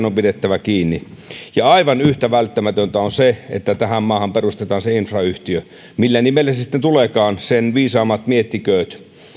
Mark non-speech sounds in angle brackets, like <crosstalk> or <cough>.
<unintelligible> on pidettävä kiinni aivan yhtä välttämätöntä on se että tähän maahan perustetaan se infrayhtiö millä nimellä se sitten tuleekaan sen viisaammat miettikööt